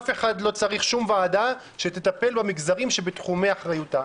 אף אחד לא צריך שום ועדה שתטפל במגזרים שבתחומי אחריותה,